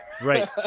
Right